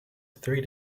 three